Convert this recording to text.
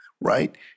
right